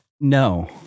No